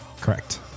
Correct